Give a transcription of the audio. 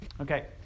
Okay